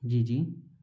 जी जी